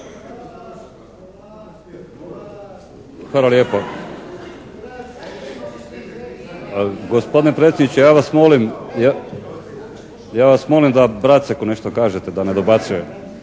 Hvala lijepo. Gospodine predsjedniče ja vas molim, ja vas molim da Braceku nešto kažete da ne dobacuje.